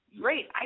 great